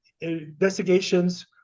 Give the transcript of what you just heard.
investigations